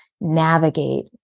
navigate